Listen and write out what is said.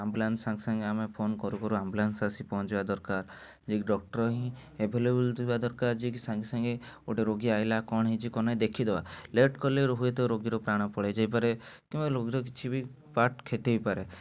ambulance ସାଙ୍ଗେସାଙ୍ଗେ ଆମେ phone କରୁକରୁ ଆମ୍ବୁଲାନସ ଆସି ପହଁଚିବା ଦରକାର ଯିଏ କି ଡକ୍ଟର୍ ହିଁ ଏଭେଲେବୁଲ୍ ଥିବା ଦରକାର ଯିଏ କି ସାଙ୍ଗେସାଙ୍ଗେ ଗୋଟେ ରୋଗୀ ଆଇଲା କ'ଣ ହେଇଛି କ'ଣ ନାହିଁ ଦେଖିଦବା ଲେଟ୍ କଲେ ହୁଏତ ରୋଗୀର ପ୍ରାଣ ପଳେଇଯାଇପାରେ କିମ୍ବା ରୋଗୀର କିଛି ବି ପାର୍ଟ୍ କ୍ଷତି ହେଇପାରେ